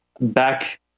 back